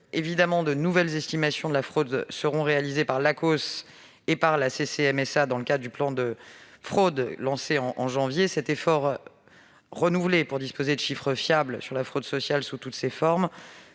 Évidemment, de nouvelles estimations de la fraude seront réalisées par l'Acoss et par la CCMSA dans le cadre du plan Fraude lancé en janvier. Cet effort renouvelé pour disposer de chiffres fiables sur la fraude sociale sous toutes ses formes